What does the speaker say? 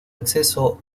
acceso